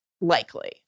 likely